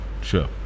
sure